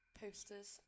posters